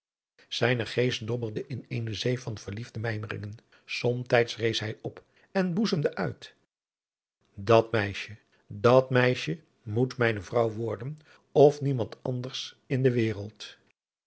zijne geest dobberde in eene zee van verliefde mijmeringen somtijds rees hij op en boezemde uit dat meisje dat meisje moet mijne vrouw worden of niemand anders in de wereld